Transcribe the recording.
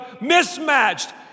mismatched